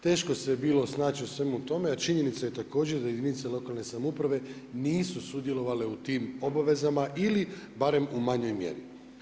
Teško se bilo snaći u svemu tome, a činjenica je također da jedinice lokalne samouprave nisu sudjelovale u tim obavezama ili barem u manjoj mjeri.